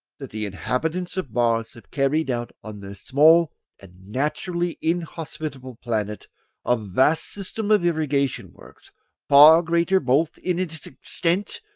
that the inhabitants of mars have carried out on their small and naturally inhospitable planet a vast system of irrigation-works, far greater both in its extent,